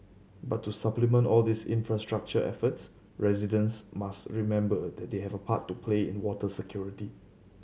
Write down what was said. but to supplement all these infrastructure efforts residents must remember that they have a part to play in water security